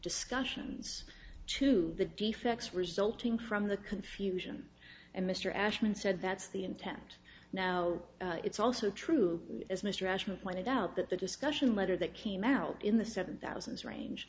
discussions to the defects resulting from the confusion and mr ashton said that's the intent now it's also true as mr ashton pointed out that the discussion letter that came out in the seven thousand range